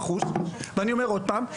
ואני אומר עוד פעם,